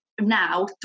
now